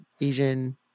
Asian